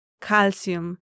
calcium